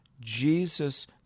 Jesus